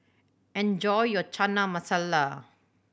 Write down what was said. enjoy your Chana Masala